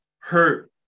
hurt